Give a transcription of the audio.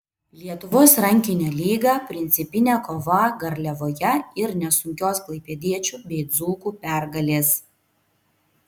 lietuvos rankinio lyga principinė kova garliavoje ir nesunkios klaipėdiečių bei dzūkų pergalės